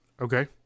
Okay